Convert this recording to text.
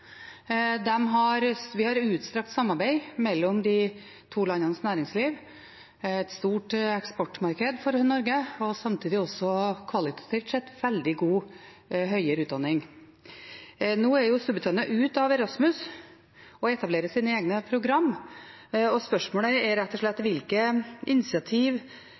Vi har utstrakt samarbeid mellom de to landenes næringsliv, det er et stort eksportmarked for Norge, og samtidig har de også kvalitativt sett veldig god høyere utdanning. Nå er jo Storbritannia ute av Erasmus+ og etablerer sine egne program, og spørsmålet er rett og slett: Hvilke initiativ